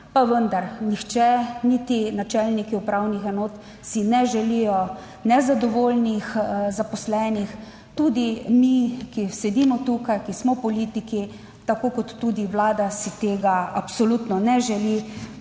Pa vendar nihče, niti načelniki upravnih enot, si ne želijo nezadovoljnih zaposlenih. Tudi mi, ki sedimo tukaj, ki smo v politiki, tako kot tudi Vlada si tega absolutno ne želi.